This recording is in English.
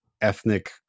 ethnic